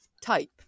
type